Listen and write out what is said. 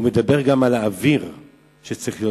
הוא מדבר גם על האוויר שצריך להיות